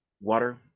water